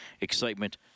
excitement